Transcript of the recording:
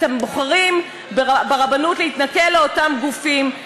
אתם ברבנות בוחרים להתנכל לאותם גופים,